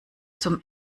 zum